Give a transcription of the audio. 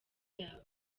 yawe